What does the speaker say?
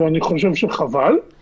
ואני חושב שחבל.